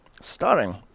starring